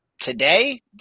today